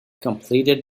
completed